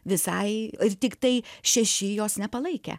visai ir tiktai šeši jos nepalaikė